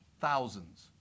thousands